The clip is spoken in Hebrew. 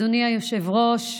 אדוני היושב-ראש,